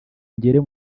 ngera